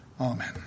Amen